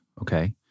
okay